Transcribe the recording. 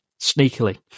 sneakily